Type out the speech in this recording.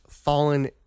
fallen